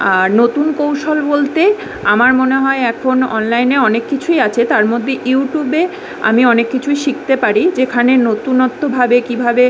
আর নতুন কৌশল বলতে আমার মনে হয় এখন অনলাইনে অনেক কিছুই আছে তার মধ্যে ইউটিউবে আমি অনেক কিছুই শিখতে পারি যেখানে নতুনত্বভাবে কীভাবে